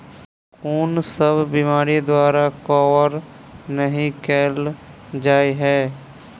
कुन सब बीमारि द्वारा कवर नहि केल जाय है?